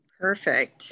Perfect